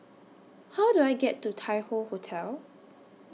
How Do I get to Tai Hoe Hotel